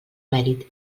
mèrit